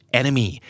enemy